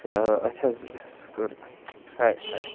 تہٕ أتھ حظ سُہ کٔر ہاے ہاے